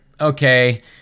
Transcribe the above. okay